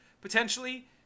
potentially